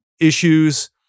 issues